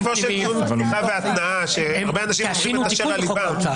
זה טיבו של דיון פתיחה והתנעה שהרבה אנשים אומרים את אשר על לבם.